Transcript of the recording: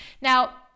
Now